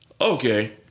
okay